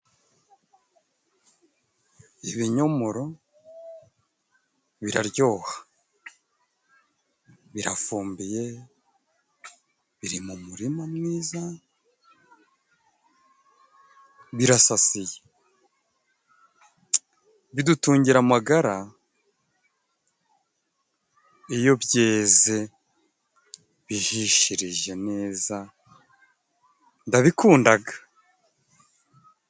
Ibinyomoro biraryoha, birafumbiye, biri mu murima mwiza, birasasiye, bidutungira amagara iyo byeze, bihishirije neza, ndabikundaga.